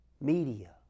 Media